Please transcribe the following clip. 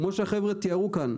כמו שהחבר'ה תארו כאן.